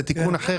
זה תיקון אחר.